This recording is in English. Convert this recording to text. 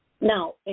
Now